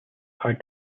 are